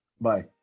bye